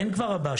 אין כבר רב"ש.